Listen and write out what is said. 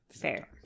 Fair